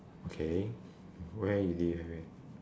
okay where you did you have it